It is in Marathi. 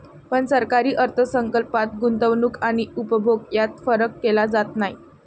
पण सरकारी अर्थ संकल्पात गुंतवणूक आणि उपभोग यात फरक केला जात नाही